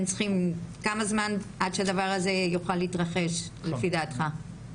כמה זמן אתם צריכים עד שהדבר הזה יוכל להתרחש לפי דעתך?